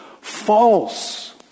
false